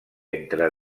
entre